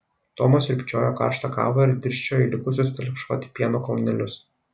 tomas sriubčiojo karštą kavą ir dirsčiojo į likusius telkšoti pieno klanelius